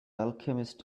alchemist